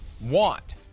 want